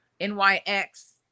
NYX